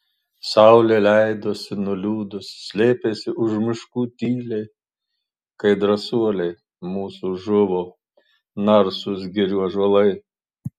saulė leidosi nuliūdus slėpėsi už miškų tyliai kai drąsuoliai mūsų žuvo narsūs girių ąžuolai